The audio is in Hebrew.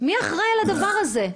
מי אחראי על הדבר הזה.